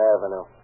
Avenue